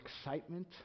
excitement